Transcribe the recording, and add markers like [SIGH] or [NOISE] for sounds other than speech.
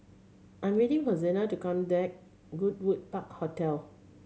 I'm waiting for Zena to come [UNINTELLIGIBLE] Goodwood Park Hotel